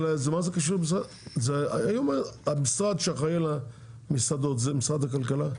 אבל המשרד שאחראי על המסעדות זה משרד הכלכלה?